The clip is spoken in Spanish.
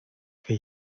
que